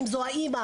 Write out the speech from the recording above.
אם זו האימא,